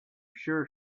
sure